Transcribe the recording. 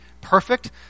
perfect